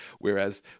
Whereas